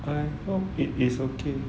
I thought it is okay